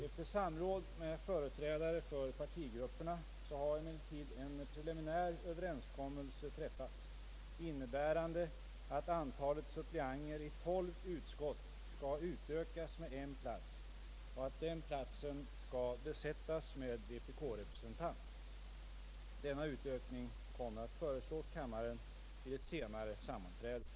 Efter samråd med företrädare för partigrupperna har emellertid en preliminär överenskommelse träffats, innebärande att antalet suppleanter i 12 utskott skall utökas med en plats och att den platsen skall besättas med vpk-representant. Denna utökning kommer att föreslås kammaren vid ett senare sammanträde.